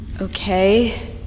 Okay